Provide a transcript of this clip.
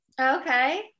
Okay